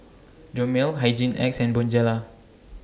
Dermale Hygin X and Bonjela